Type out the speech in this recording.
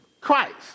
Christ